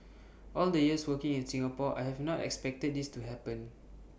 all the years working in Singapore I have not expected this to happen